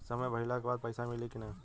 समय भइला के बाद पैसा मिली कि ना?